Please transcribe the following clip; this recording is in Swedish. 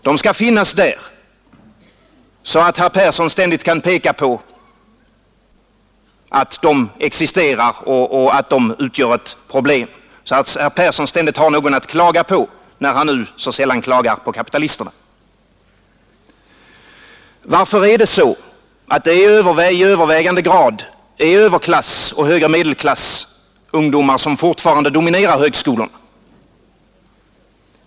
De skall finnas där så att herr Persson ständigt kan peka på att de existerar och utgör ett problem. Herr Persson måste ständigt ha några att klaga på, när han nu så sällan klagar på kapitalisterna. Varför är det till övervägande grad överklassens och den högre medelklassens ungdomar som fortfarande dominerar högskolorna?